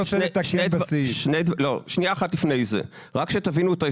כדי שתבינו את ההפרשים: